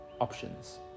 options